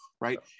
Right